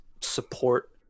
support